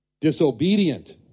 disobedient